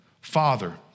Father